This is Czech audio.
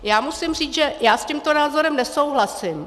Já musím říct, že s tímto názorem nesouhlasím.